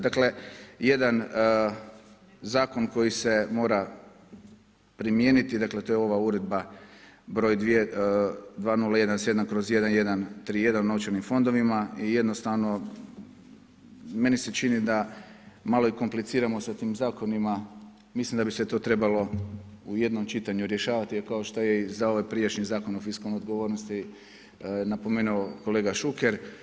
Dakle, jedan zakon koji se mora primijeniti, dakle to je ova uredba broj 2017/1131 o novčanim fondovima i jednostavno meni se čini da malo i kompliciramo sa tim zakonima, mislim da bi se to trebalo u jednom čitanju i rješavati, a kao što je i za ovaj prijašnji zakon o fiskalnoj odgovornosti napomenuo kolega Šuker.